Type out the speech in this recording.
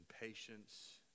patience